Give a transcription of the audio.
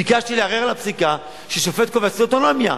ביקשתי לערער על הפסיקה ששופט קובע שזה אוטונומיה.